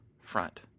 front